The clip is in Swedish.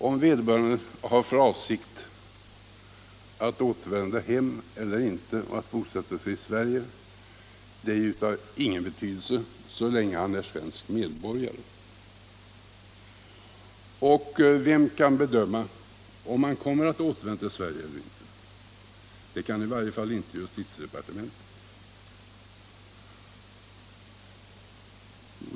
Om vederbörande har för avsikt att återvända hem och bosätta sig i Sverige eller inte är av ingen betydelse så länge han är svensk medborgare. Och vem kan bedöma om han kommer att återvända till Sverige eller inte? Det kan i varje fall inte justitiedepartementet göra.